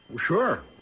Sure